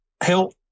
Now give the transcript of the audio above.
help